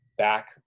back